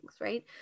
right